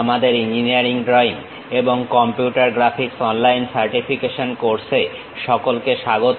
আমাদের engineering drawing এবং computer graphics online certification course এ সকলকে স্বাগত